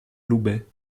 loubet